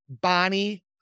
Bonnie